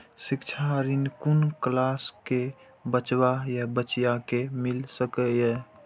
शिक्षा ऋण कुन क्लास कै बचवा या बचिया कै मिल सके यै?